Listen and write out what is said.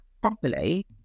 properly